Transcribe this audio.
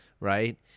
right